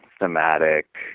thematic